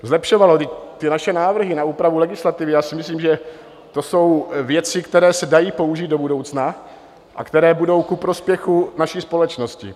Vždyť ty naše návrhy na úpravu legislativy, to si myslím, že jsou věci, které se dají použít do budoucna a které budou ku prospěchu naší společnosti.